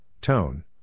tone